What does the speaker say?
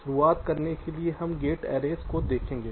शुरुआत करने के लिए हम गेट एरेज़ को देखेंगे